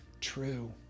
true